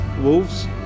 Wolves